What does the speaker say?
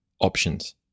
options